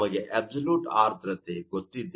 ನಮಗೆ ಅಬ್ಸಲ್ಯೂಟ್ ಆರ್ದ್ರತೆ ಗೊತ್ತಿದೆ